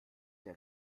der